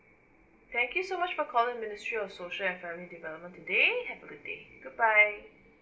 thank you so much for calling ministry of social and family development today have a good day goodbye